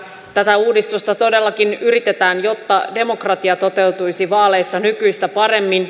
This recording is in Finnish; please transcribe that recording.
tätä uudistusta todellakin yritetään jotta demokratia toteutuisi vaaleissa nykyistä paremmin